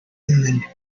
inland